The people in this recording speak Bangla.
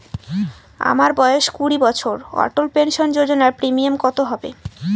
আমার বয়স কুড়ি বছর অটল পেনসন যোজনার প্রিমিয়াম কত হবে?